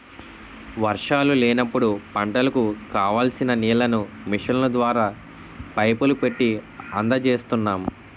వర్షాలు లేనప్పుడు పంటలకు కావాల్సిన నీళ్ళను మిషన్ల ద్వారా, పైపులు పెట్టీ అందజేస్తున్నాం